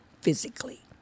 physically